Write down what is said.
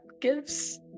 gives